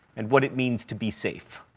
and what it means to be safe.